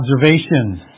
observations